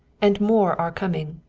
and more are coming.